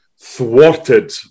thwarted